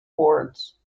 wards